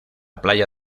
playa